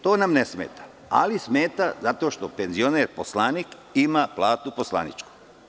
To nam ne smeta, ali smeta zato što penzioner poslanik ima platu poslaničku.